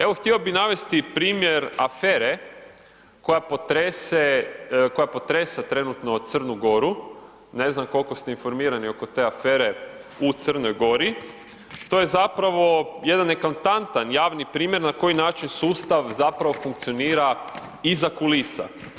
Evo, htio bih navesti primjer afere koja potresa trenutno Crnu Goru, ne znam koliko ste informirani oko te afere u Crnoj Gori. to je zapravo jedan eklatantan javni primjer na koji način sustav zapravo funkcionira iza kulisa.